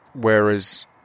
Whereas